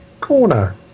Corner